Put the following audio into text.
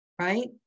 right